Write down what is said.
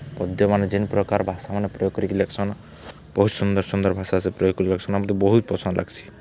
ପଦ୍ୟମାନେ ଯେନ୍ ପ୍ରକାର ଭାଷାମାନେ ପ୍ରୟୋଗ କରିକି ଲେଖ୍ସନ୍ ବହୁତ୍ ସୁନ୍ଦର୍ ସୁନ୍ଦର୍ ଭାଷା ସେ ପ୍ରୟୋଗ୍ କରି ଲେଖ୍ସନ୍ ମତେ ବହୁତ୍ ପସନ୍ଦ୍ ଲାଗ୍ସି